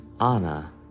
Anna